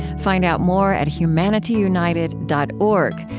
find out more at humanityunited dot org,